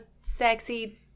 sexy